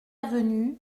avenue